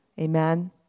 Amen